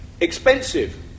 Expensive